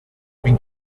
been